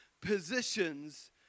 positions